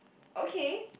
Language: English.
okay